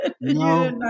No